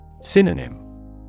Synonym